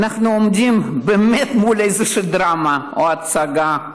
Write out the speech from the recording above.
אנחנו עומדים באמת מול איזושהי דרמה או הצגה,